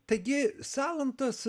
taigi salantas